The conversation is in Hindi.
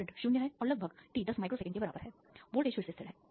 तो करंट 0 है और लगभग t 10 माइक्रो सेकेंड के बराबर है वोल्टेज फिर से स्थिर है